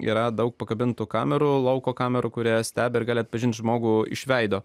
yra daug pakabintų kamerų lauko kamerų kurie stebi ir gali atpažint žmogų iš veido